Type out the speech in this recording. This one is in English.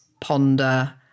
ponder